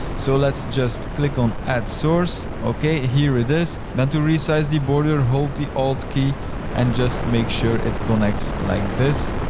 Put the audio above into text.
so let's just click on add source. here it is. now to resize the border, hold the alt key and just make sure it connects like this.